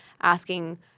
asking